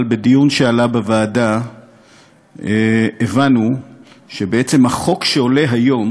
אבל בדיון שעלה בוועדה הבנו שבעצם החוק שעולה היום